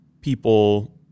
people